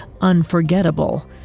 unforgettable